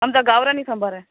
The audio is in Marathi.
आमचा गावरान संबार आहे